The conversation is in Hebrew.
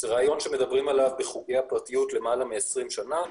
זה רעיון שמדברים עליו בחוגי הפרטיות למעלה מ-20 שנה,